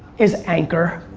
is anchor,